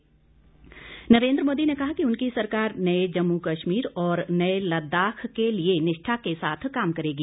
प्रधानमंत्री नरेन्द्र मोदी ने कहा कि उनकी सरकार नये जम्मू कश्मीर और नये लद्दाख के लिए निष्ठा के साथ काम करेगी